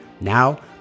Now